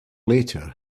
later